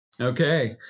Okay